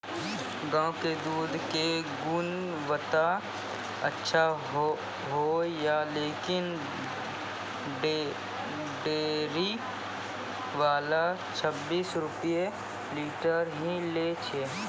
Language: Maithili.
गांव के दूध के गुणवत्ता अच्छा होय या लेकिन डेयरी वाला छब्बीस रुपिया लीटर ही लेय छै?